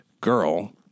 girl